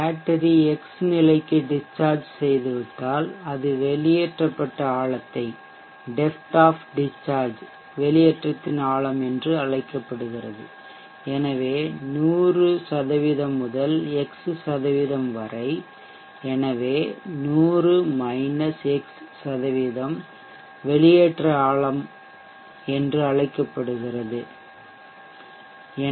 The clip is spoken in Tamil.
பேட்டரி x நிலைக்கு டிஷ்சார்ஜ் செய்துவிட்டால் வெளியேற்றப்பட்டால் அது வெளியேற்றப்பட்ட ஆழத்தை DoD டெப்த் ஆஃப் டிஷ்சார்ஜ் வெளியேற்றத்தின் ஆழம் என்று அழைக்கப்படுகிறது எனவே 100 முதல் X வரை எனவே 100 X வெளியேற்ற ஆழத்தின் ஆழம் என்று அழைக்கப்படுகிறது முழு